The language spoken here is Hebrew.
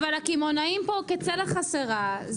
אבל הקמעונאים פה כצלע חסרה.